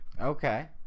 Okay